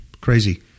Crazy